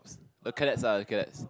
the cadets ah the cadets